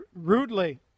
rudely